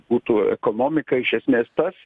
būtų ekonomika iš esmės tas